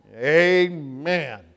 Amen